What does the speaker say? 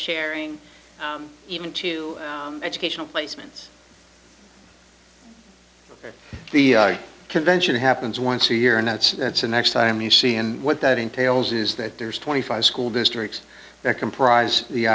sharing even to educational placements where the convention happens once a year and that's the next time you see and what that entails is that there's twenty five school districts that comprise the